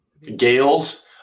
Gales